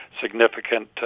significant